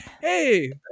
Hey